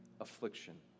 affliction